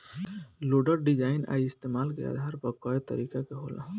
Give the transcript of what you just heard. loader design आ इस्तमाल के आधार पर कए तरीका के होला